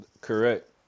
Correct